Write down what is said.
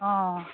অঁ